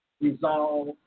resolve